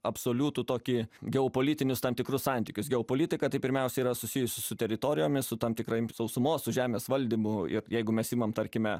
absoliutų tokį geopolitinius tam tikrus santykius geopolitika tai pirmiausia yra susijusi su teritorijomis su tam tikrai sausumos su žemės valdymu ir jeigu mes imam tarkime